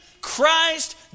Christ